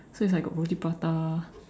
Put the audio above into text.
so it's like got roti prata